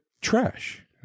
trash